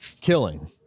killing